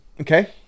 okay